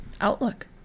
outlook